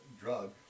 drug